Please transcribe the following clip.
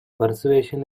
persuasion